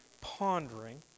pondering